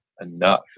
enough